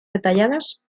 detalladas